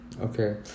Okay